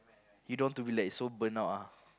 he don't want to be like so burn out ah